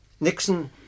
Nixon